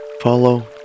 follow